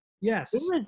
Yes